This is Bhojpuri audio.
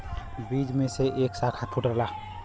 बीज में से एक साखा फूटला